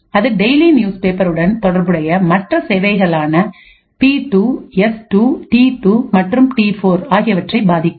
அது daily news paper உடன் தொடர்புடைய மற்ற சேவைகளான P2S2T2 மற்றும்T4 ஆகியவற்றை பாதிக்காது